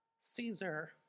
Caesar